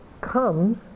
comes